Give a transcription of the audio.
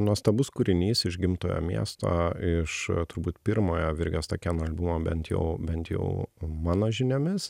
nuostabus kūrinys iš gimtojo miesto iš turbūt pirmojo virgio stakėno albumo bent jau bent jau mano žiniomis